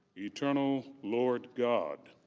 eternal lord god,